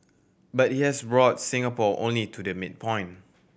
but it has brought Singapore only to the midpoint